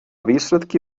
výsledky